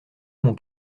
mon